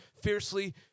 fiercely